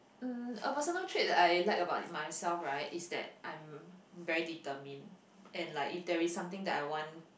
um a personal trait that I like about myself right is that I'm very determined and like if there is something that I want